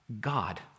God